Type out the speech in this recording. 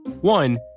One